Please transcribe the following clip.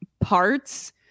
parts